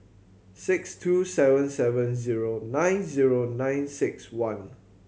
six two seven seven zero nine zero nine six one